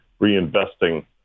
reinvesting